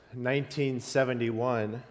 1971